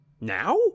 Now